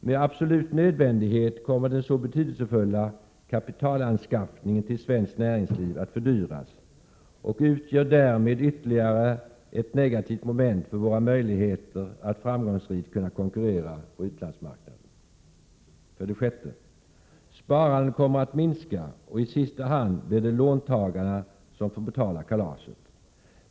Med absolut nödvändighet kommer den så betydelsefulla kaptialanskaffningen till svenskt näringsliv att fördyras och därmed utgöra ytterligare ett negativt moment för våra möjligheter att framgångsrikt kunna konkurrera på utlandsmarknaden. 6. Sparandet kommer att minska, och i sista hand blir det låntagarna som får betala kalaset.